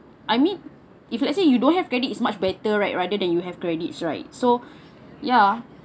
I mean if let's say you don't have credit is much better right rather than you have credits right so ya